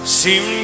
seem